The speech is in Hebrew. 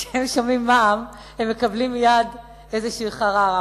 כשהם שומעים מע"מ, הם מקבלים מייד איזו "חררה".